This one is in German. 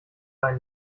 einen